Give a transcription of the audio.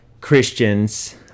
Christians